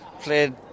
played